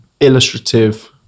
illustrative